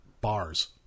bars